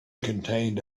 contained